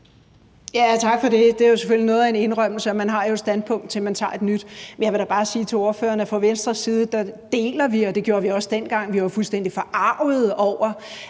Tak for det. Det er selvfølgelig noget af en indrømmelse, og man har jo et standpunkt, til man tager et nyt. Jeg vil da bare sige til ordføreren, at fra Venstres side deler vi holdningen om, at det var en fejl. Det gjorde vi også dengang, hvor vi var fuldstændig forargede over,